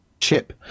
chip